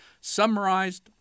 summarized